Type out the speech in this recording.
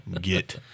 get